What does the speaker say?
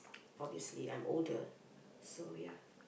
obviously I'm older so ya